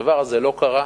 הדבר הזה לא קרה,